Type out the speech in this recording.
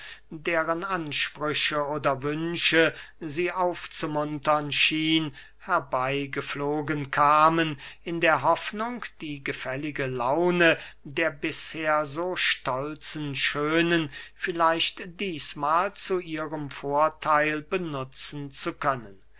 deren ansprüche oder wünsche sie aufzumuntern schien herbeygeflogen kamen in der hoffnung die gefällige laune der bisher so stolzen schönen vielleicht dießmahl zu ihrem vortheil benutzen zu können